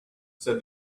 said